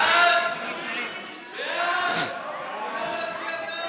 ההצעה להעביר את הצעת